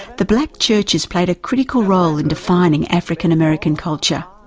the black churches played a critical role in defining african-american culture,